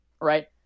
right